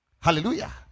Hallelujah